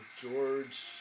George